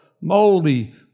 moldy